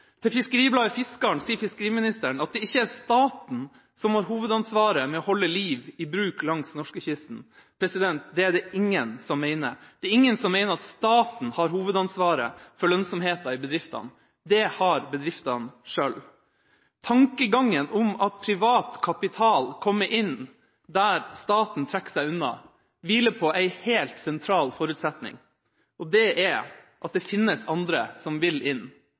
Til Fiskeribladet Fiskaren sier fiskeriministeren at det ikke er staten som har hovedansvaret for å holde liv i bruk langs norskekysten. Det er det ingen som mener. Det er ingen som mener at staten har hovedansvaret for lønnsomheten i bedriftene. Det har bedriftene selv. Tankegangen om at privat kapital kommer inn der staten trekker seg unna, hviler på en helt sentral forutsetning: at det finnes andre som vil inn.